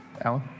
Alan